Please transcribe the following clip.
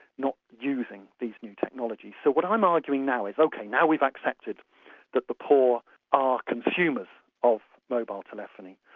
not using these new technologies. so what i'm arguing now is ok, now we've accepted that the poor are consumers of mobile telephony.